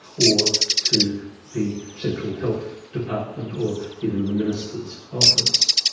or to the central health department or even the minister's office.